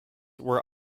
were